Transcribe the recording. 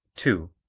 two.